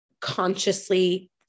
consciously